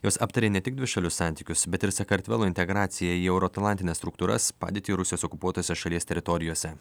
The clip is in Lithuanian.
jos aptarė ne tik dvišalius santykius bet ir sakartvelo integraciją į euroatlantines struktūras padėtį rusijos okupuotose šalies teritorijose